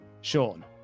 Sean